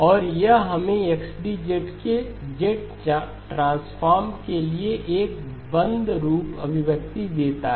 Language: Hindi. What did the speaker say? और यह हमें X D के z ट्रांसफॉर्म के लिए एक बंद रूप अभिव्यक्ति देता है